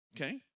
okay